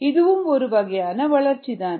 இதுவும் ஒரு வகையான வளர்ச்சிதான்